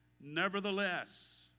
nevertheless